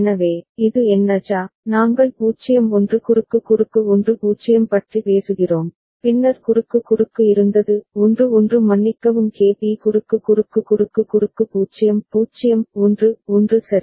எனவே இது என்ன JA நாங்கள் 0 1 குறுக்கு குறுக்கு 1 0 பற்றி பேசுகிறோம் பின்னர் குறுக்கு குறுக்கு இருந்தது 1 1 மன்னிக்கவும் KB குறுக்கு குறுக்கு குறுக்கு குறுக்கு 0 0 1 1 சரி